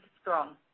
strong